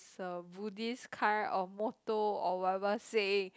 so Buddhist kind of motto or whatever saying